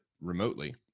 remotely